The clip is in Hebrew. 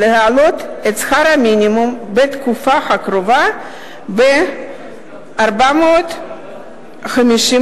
להעלות את שכר המינימום בתקופה הקרובה ב-450 שקלים,